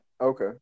Okay